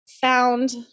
found